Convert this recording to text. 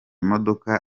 modoka